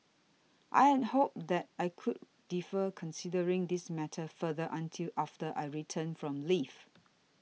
I had hoped that I could defer considering this matter further until after I return from leave